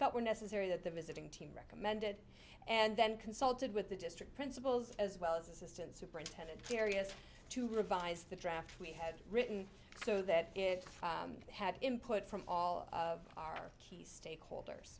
felt were necessary that the visiting team recommended and then consulted with the district principals as well as assistant superintendent carious to revise the draft we had written so that it had input from all of our key stakeholders